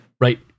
Right